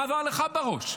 מה עבר לך בראש?